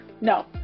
no